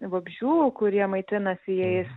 vabzdžių kurie maitinasi jais